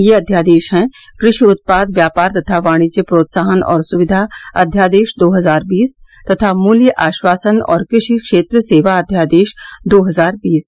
ये अध्यादेश हैं कृषि उत्पाद व्यापार तथा वाणिज्य प्रोत्साहन और सुविघा अध्यादेश दो हजार बीस तथा मूल्य आश्वासन और कृषि क्षेत्र सेवा अध्यादेश दो हजार बीस